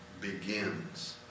begins